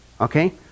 Okay